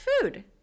food